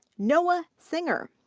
noah singer.